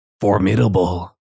Formidable